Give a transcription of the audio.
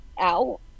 out